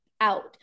out